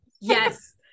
yes